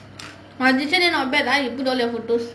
ah this [one] not bad ah you put all your photos